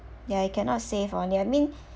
ya you cannot save oh that mean